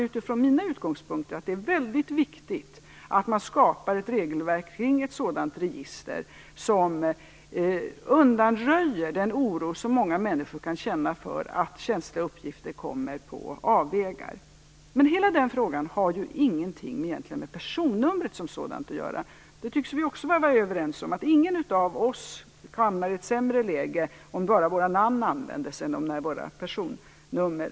Utifrån mina utgångspunkter anser jag att det är väldigt viktigt att man skapar ett regelverk kring ett sådant register som undanröjer den oro som många människor kan känna inför att känsliga uppgifter skall komma på avvägar. Men hela den frågan har egentligen ingenting med personnumret som sådant att göra. Det tycks vi också vara överens om. Ingen av oss hamnar i ett sämre läge om bara våra namn används i stället för våra personnummer.